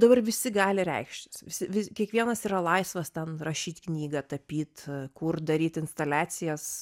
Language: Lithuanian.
dabar visi gali reikštis vis kiekvienas yra laisvas ten rašyt knygą tapyt kurt daryt instaliacijas